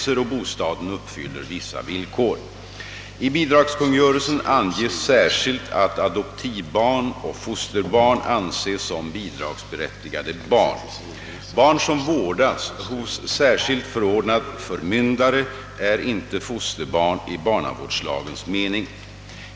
kungörelsen anges särskilt att adoptivbarn och fosterbarn anses som bidragsberättigande barn. Barn som vårdas hos särskilt förordnad förmyndare är inte fosterbarn i barnavårdslagens mening.